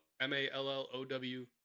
M-A-L-L-O-W